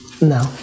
No